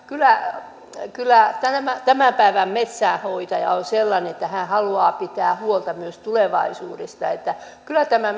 kyllä kyllä tämän päivän metsänhoitaja on sellainen että hän haluaa pitää huolta myös tulevaisuudesta kyllä tämä